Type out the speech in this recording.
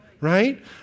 right